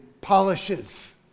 polishes